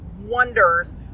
wonders